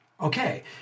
okay